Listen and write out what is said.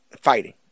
fighting